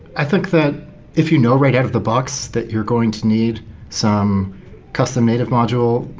i think that if you know right out of the box that you're going to need some custom native module,